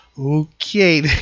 Okay